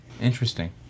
Interesting